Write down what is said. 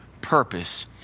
purpose